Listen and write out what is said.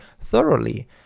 thoroughly